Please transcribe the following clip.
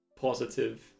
positive